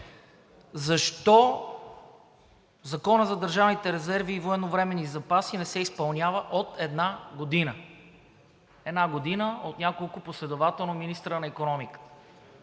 защо Законът за държавните резерви и военновременните запаси не се изпълнява от една година? Една година, последователно от няколко министри на икономиката.